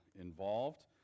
involved